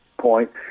point